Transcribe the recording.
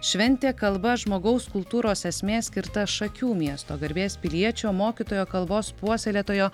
šventė kalba žmogaus kultūros esmė skirta šakių miesto garbės piliečio mokytojo kalbos puoselėtojo